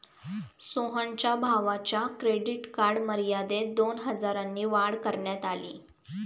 सोहनच्या भावाच्या credit card मर्यादेत दोन हजारांनी वाढ करण्यात आली